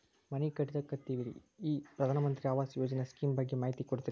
ಮನಿ ಕಟ್ಟಕತೇವಿ ರಿ ಈ ಪ್ರಧಾನ ಮಂತ್ರಿ ಆವಾಸ್ ಯೋಜನೆ ಸ್ಕೇಮ್ ಬಗ್ಗೆ ಮಾಹಿತಿ ಕೊಡ್ತೇರೆನ್ರಿ?